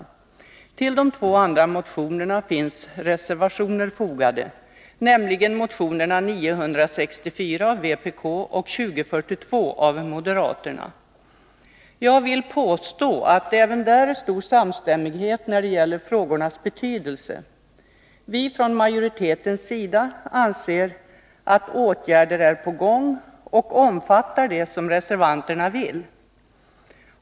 Med anledning av de två andra motionerna har reservationer avgivits, nämligen motionerna 964 av vpk och 2042 av moderaterna, men jag vill påstå att det även där råder stor samstämmighet om frågornas betydelse. Vi anser från majoritetens sida att åtgärder är på gång och omfattar det som reservanterna vill.